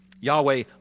Yahweh